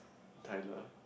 Tylor